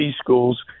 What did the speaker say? schools